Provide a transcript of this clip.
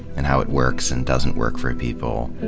and how it works and doesn't work for people,